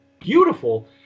beautiful